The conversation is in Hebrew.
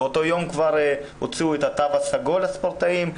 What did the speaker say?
באותו יום כבר הוציאו את התו הסגול הספורטאים.